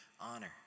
honor